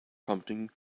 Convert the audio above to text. prompting